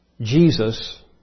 Jesus